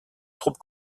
troupes